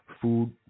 food